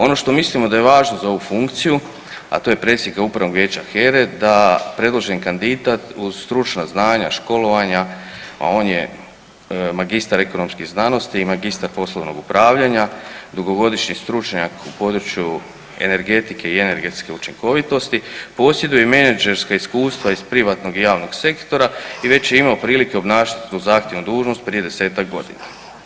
Ono što mislimo da je važno za ovu funkciju, a to je predsjednika upravnog vijeća HERA-e da predloženi kandidat uz stručna znanja, školovanja, a on je magistar ekonomskih znanosti i magistar poslovnog upravljanja, dugogodišnji stručnjak u području energetike i energetske učinkovitosti, posjeduje i menadžerska iskustva iz privatnog i javnog sektora i već je imao prilike obnašati tu zahtjevnu dužnost prije 10-tak godina.